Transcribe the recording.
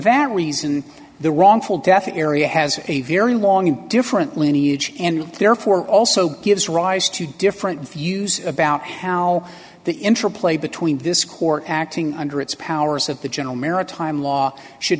that reason the wrongful death area has a very long different lineage and therefore also gives rise to different views about how the interplay between this court acting under its powers of the general maritime law should